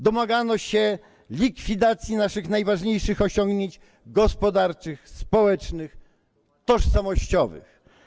Domagano się likwidacji naszych najważniejszych osiągnięć gospodarczych, społecznych, tożsamościowych.